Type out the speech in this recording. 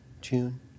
June